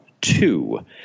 two